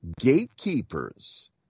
gatekeepers